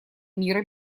мира